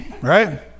Right